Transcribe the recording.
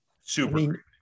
super